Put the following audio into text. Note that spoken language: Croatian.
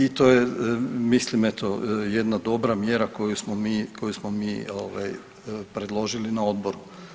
I to je mislim eto jedna dobra mjera koju smo mi predložili na odboru.